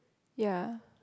ya